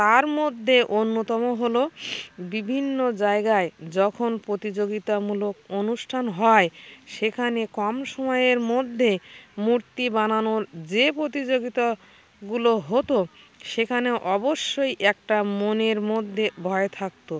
তার মধ্যে অন্যতম হলো বিভিন্ন জায়গায় যখন প্রতিযোগিতামূলক অনুষ্ঠান হয় সেখানে কম সময়ের মধ্যে মূর্তি বানানোর যে প্রতিযোগিতাগুলো হতো সেখানে অবশ্যই একটা মনের মধ্যে ভয় থাকতো